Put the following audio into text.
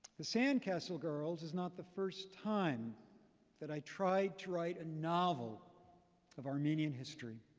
the sandcastle girls, is not the first time that i tried to write a novel of armenian history.